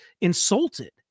insulted